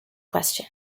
question